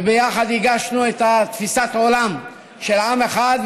וביחד הגשנו את תפיסת העולם של עם אחד,